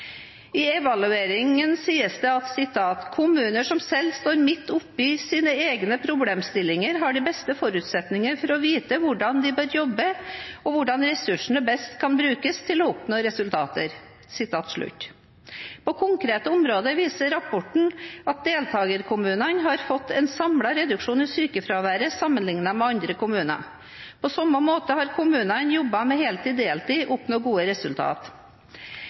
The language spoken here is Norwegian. I evalueringen sies det at «kommunene som selv står midt oppi sine egne problemstillinger har de beste forutsetningene for å vite hvordan de bør jobbe med dette og hvordan ressursene best kan brukes til å oppnå resultater». På konkrete områder viser rapporten at deltakerkommunene har fått en samlet reduksjon i sykefraværet sammenlignet med andre kommuner. På samme måte har kommunene jobbet med heltid–deltid og oppnådd gode